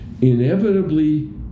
inevitably